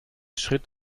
schritt